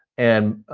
and,